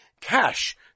cash